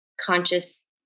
conscious